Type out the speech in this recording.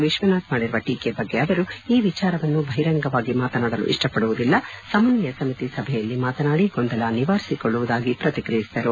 ವಿಶ್ವನಾಥ್ ಮಾಡಿರುವ ಟೀಕೆ ಬಗ್ಗೆ ಅವರು ಈ ವಿಚಾರವನ್ನು ಬಹಿರಂಗವಾಗಿ ಮಾತನಾಡಲು ಇಷ್ಟಪಡುವುದಿಲ್ಲ ಸಮನ್ವಯ ಸಮಿತಿ ಸಭೆಯಲ್ಲಿ ಮಾತನಾಡಿ ಗೊಂದಲ ನಿವಾರಿಸಿಕೊಳ್ಳುವುದಾಗಿ ಅವರು ಪ್ರತಿಕ್ರಿಯಿಸಿದರು